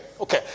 Okay